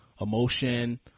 emotion